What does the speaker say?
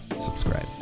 subscribe